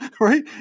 right